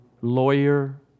lawyer